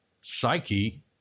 psyche